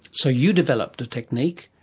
so you developed a technique,